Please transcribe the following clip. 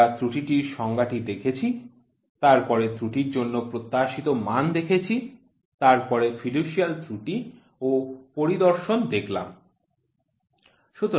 আমরা ত্রুটির সংজ্ঞা টি দেখেছি তারপরে ত্রুটির জন্য প্রত্যাশিত মান দেখেছি তারপরে ফিডুশিয়াল ত্রুটি ও পরিদর্শন দেখলাম